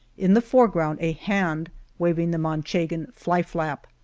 in the foreground a hand waving the manchegan fly flap.